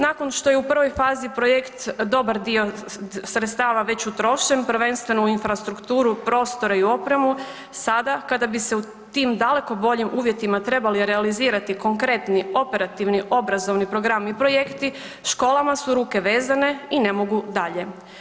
Nakon što je u prvoj fazi projekt dobar dio sredstava već utrošen, prvenstveno u infrastrukturu, prostore i opremu sada kada bi se u tim daleko boljim uvjetima trebali realizirati konkretni operativni obrazovni programi i projekti, školama su ruke vezane i ne mogu dalje.